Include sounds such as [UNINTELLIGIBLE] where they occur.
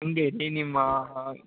[UNINTELLIGIBLE] ನಿಮ್ಮ